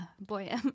boy